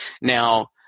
Now